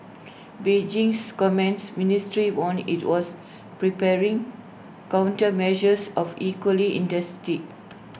Beijing's commerce ministry warned IT was preparing countermeasures of equally intensity